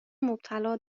مبتلا